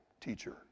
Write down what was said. teacher